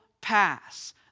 pass